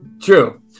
True